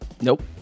Nope